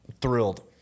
thrilled